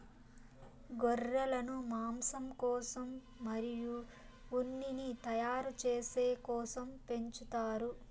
గొర్రెలను మాంసం కోసం మరియు ఉన్నిని తయారు చేసే కోసం పెంచుతారు